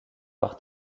par